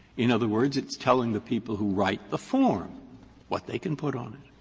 in other words, it's telling the people who write the form what they can put on it.